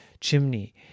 chimney